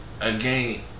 again